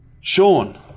Sean